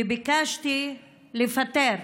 וביקשתי לפטר